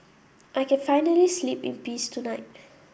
I can finally sleep in peace tonight